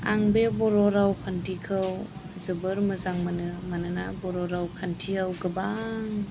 आं बे बर' रावखान्थिखौ जोबोर मोजां मोनो मानोना बर' रावखान्थियाव गोबां